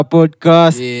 Podcast